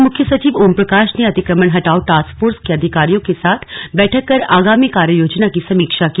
अपर मुख्य सचिव ओमप्रकाश ने अतिक्रमण हटाओ टास्क फोर्स के अधिकारियों के साथ बैठक कर आगामी कार्ययोजना की समीक्षा की